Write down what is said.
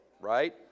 right